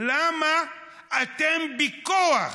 למה אתם בכוח